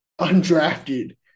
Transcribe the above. undrafted